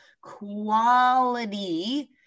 quality